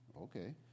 okay